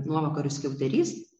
nuovakarių skiauterys